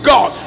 God